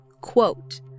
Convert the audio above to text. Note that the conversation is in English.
Quote